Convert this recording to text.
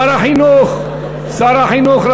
שר החינוך, שר החינוך.